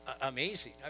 amazing